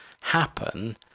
happen